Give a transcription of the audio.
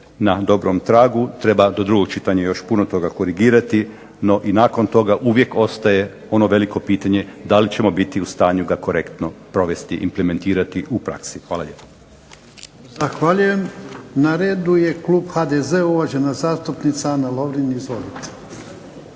na dobrom tragu, treba do drugog čitanja još puno toga korigirati, no i nakon toga uvijek ostaje ono veliko pitanje da li ćemo biti u stanju ga korektno provesti, implementirati u praksi. Hvala lijepa. **Jarnjak, Ivan (HDZ)** Zahvaljujem. Na redu je klub HDZ-a, uvažena zastupnica Ana Lovrin. Izvolite.